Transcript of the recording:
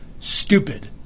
Stupid